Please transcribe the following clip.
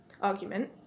argument